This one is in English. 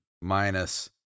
minus